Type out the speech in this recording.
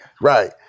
right